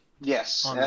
Yes